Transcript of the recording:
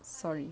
sorry